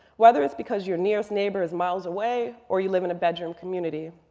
whether it's because your nearest neighbor is miles away or you live in a bedroom community.